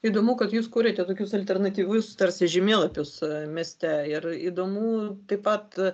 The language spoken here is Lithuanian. įdomu kad jūs kuriate tokius alternatyvius tarsi žemėlapius mieste ir įdomu taip pat